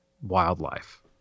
wildlife